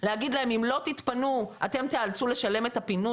להגיד להם 'אם לא תתפנו אתם תאלצו לשלם את הפינוי'.